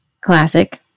classic